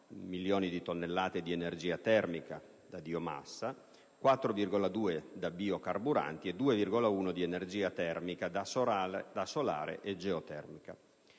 milioni di tonnellate di energia termica da biomassa, 4,2 da biocarburanti e 2,1 di energia termica da solare e geotermica.